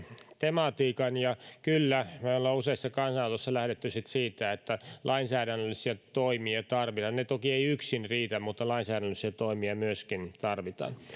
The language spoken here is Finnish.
tematiikan ja kyllä meillä on useissa kannanotoissa lähdetty siitä että lainsäädännöllisiä toimia tarvitaan ne toki eivät yksin riitä mutta lainsäädännöllisiä toimia myöskin tarvitaan